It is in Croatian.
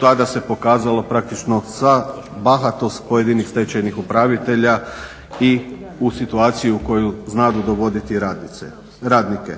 tada se pokazalo praktično sva bahatost pojedinih stečajnih upravitelja i u situaciju u koju znadu dovoditi radnike.